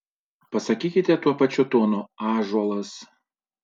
jei ne pasakykite tuo pačiu tonu ąžuolas